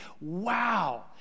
wow